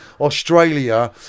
Australia